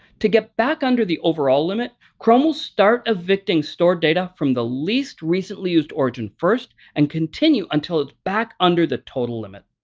to get back under the overall limit, chrome will start evicting stored data from the least recently used origin first and continue until it's back under the total limit.